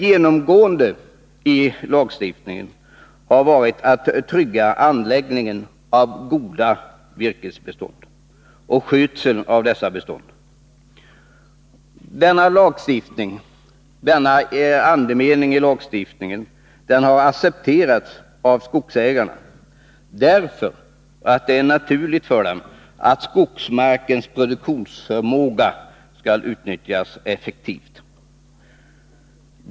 Genomgående i lagstiftningen har varit att trygga anläggandet av goda virkesbestånd och skötsel av dessa bestånd. Denna andemening i lagstiftningen har accepterats av skogsägarna, därför att det är naturligt för dem att skogsmarkens produktionsförmåga skall utnyttjas effektivt.